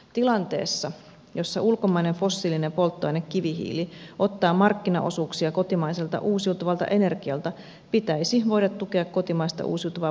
tilanteessa jossa ulkomainen fossiilinen polttoaine kivihiili ottaa markkinaosuuksia kotimaiselta uusiutuvalta energialta pitäisi voida tukea kotimaista uusiutuvaa polttoainetta metsähaketta